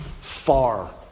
far